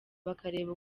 bakareba